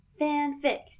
Fanfic